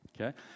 okay